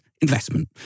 investment